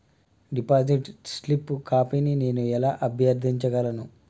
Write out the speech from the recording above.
Deposit slip కాపీని నేను ఎలా అభ్యర్థించగలను?